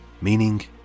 Meaning